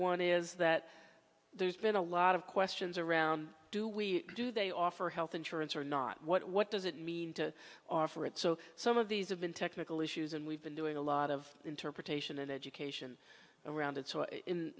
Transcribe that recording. one is that there's been a lot of questions around do we do they offer health insurance or not what does it mean to offer it so some of these have been technical issues and we've been doing a lot of interpretation and education around it so in